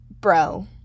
bro